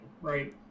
right